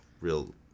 real